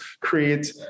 create